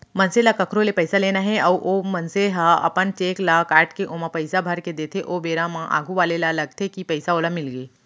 मनसे ल कखरो ले पइसा लेना हे अउ ओ मनसे ह अपन चेक ल काटके ओमा पइसा भरके देथे ओ बेरा म आघू वाले ल लगथे कि पइसा ओला मिलगे